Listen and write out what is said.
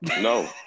No